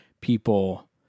people—